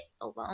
alone